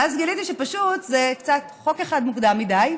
ואז גיליתי שפשוט זה חוק אחד מוקדם מדי,